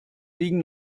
liegen